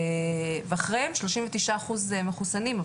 ואחריהם, 39% מחוסנים.